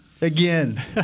Again